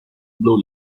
blue